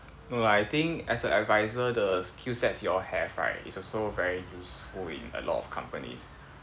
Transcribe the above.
no lah I think as an advisor the skillsets y'all have right is also very useful in a lot of companies